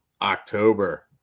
october